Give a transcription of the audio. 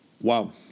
wow